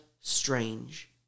strange